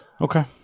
Okay